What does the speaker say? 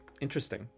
Interesting